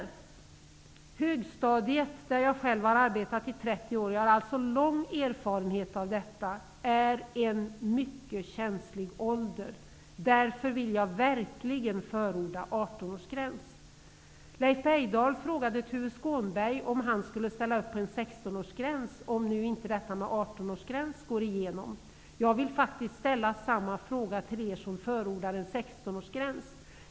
På högstadiet, där jag själv har arbetat i 30 år -- jag har alltså lång erfarenhet av detta -- är eleverna i en mycket känslig ålder. Därför vill jag verkligen förorda 18 Leif Bergdahl frågade Tuve Skånberg om han skulle ställa upp på en 16-årsgräns, om inte detta med 18-årsgräns går igenom. Jag vill faktiskt ställa samma fråga till er som förordar en 16-årsgräns.